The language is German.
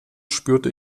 spürte